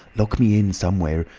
lock me in somewhere.